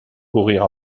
courir